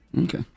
Okay